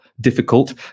difficult